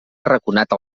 arraconat